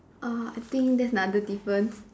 err I think that's another difference